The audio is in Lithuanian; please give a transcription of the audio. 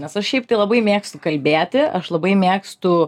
nes aš šiaip tai labai mėgstu kalbėti aš labai mėgstu